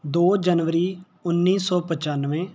ਦੋ ਜਨਵਰੀ ਉੱਨੀ ਸੌ ਪਚਾਨਵੇਂ